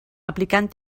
aplicant